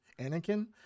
anakin